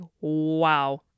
wow